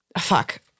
Fuck